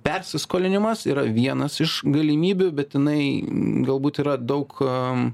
persiskolinimas yra vienas iš galimybių bet jinai galbūt yra daug